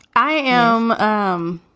i am. um